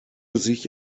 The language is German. sich